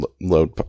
load